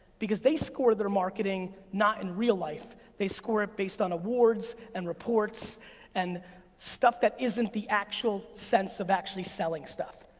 because they score their marketing not in real life, they score it based on awards and reports and stuff that isn't the actual sense of actually selling stuff.